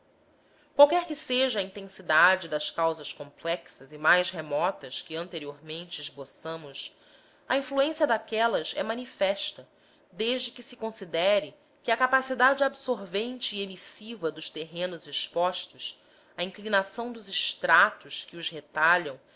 qualquer que seja a intensidade das causas complexas e mais remotas que anteriormente esboçamos a influência daquelas é manifesta desde que se considere que a capacidade absorvente e emissiva dos terrenos expostos a inclinação dos estratos que os retalham